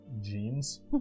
jeans